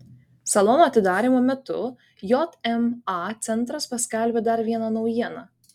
salono atidarymo metu jma centras paskelbė dar vieną naujieną